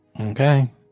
Okay